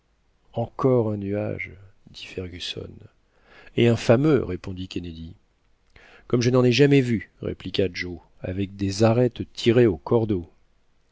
encore un nuage dit fergusson et un fameux répondit kennedy comme je n'en ai jamais vu répliqua joe avec des arêtes tirées au cordeau